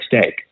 steak